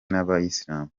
n’abayisilamu